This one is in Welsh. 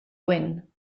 wyn